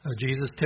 Jesus